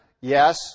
Yes